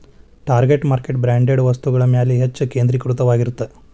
target market branded ವಸ್ತುಗಳ ಮ್ಯಾಲೆ ಹೆಚ್ಚ್ ಕೇಂದ್ರೇಕೃತವಾಗಿರತ್ತ